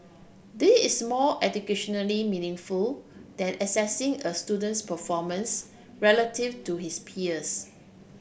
this is more educationally meaningful than assessing a student's performance relative to his peers